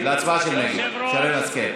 להצבעה נגד, שרן השכל.